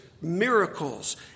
miracles